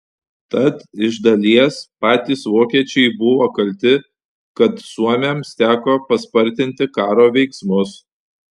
tad iš dalies patys vokiečiai buvo kalti kad suomiams teko paspartinti karo veiksmus